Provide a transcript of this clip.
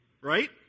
right